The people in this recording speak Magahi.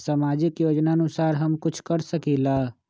सामाजिक योजनानुसार हम कुछ कर सकील?